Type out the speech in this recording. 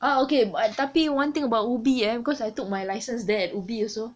uh okay bu~ tapi one thing about ubi eh cause I took my license there at ubi also